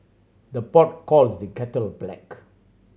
the pot calls the kettle black